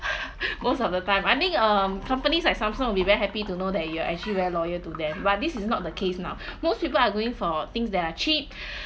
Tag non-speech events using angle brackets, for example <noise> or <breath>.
<breath> most of the time I think um companies like Samsung will be very happy to know that you are actually very loyal to them but this is not the case now most people are going for things that are cheap